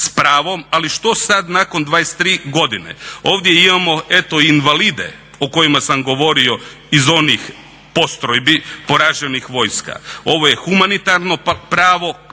Ali što sada nakon 23 godine? Ovdje imamo eto i invalide o kojima sam govorio iz onih postrojbi poraženih vojska. Ovo je humanitarno pravo,